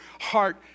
heart